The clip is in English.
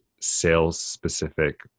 sales-specific